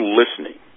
listening